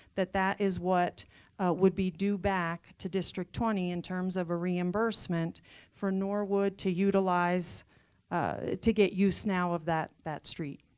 that that is what would be due back to district twenty in terms of a reimbursement for norwood to utilize to get use now of that that street.